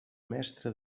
mestre